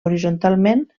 horitzontalment